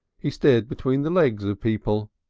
he stared between the legs of people.